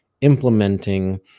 implementing